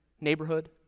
neighborhood